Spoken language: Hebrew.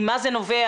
ממה זה נובע?